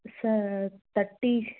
sir thirty